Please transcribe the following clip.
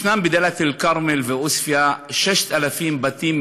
שיש בדאלית-אלכרמל ועוספיא 6,000 בתים,